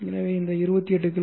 எனவே இந்த 28 கி